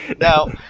Now